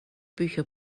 bücher